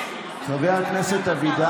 די, חברת הכנסת לוי.